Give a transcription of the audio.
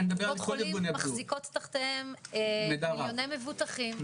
קופות חולים מחזיקות תחתיהם מיליוני מבוטחים,